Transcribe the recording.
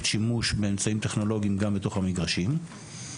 שימוש באמצעים טכנולוגיים גם בתוך המגרשים.